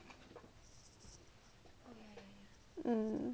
mm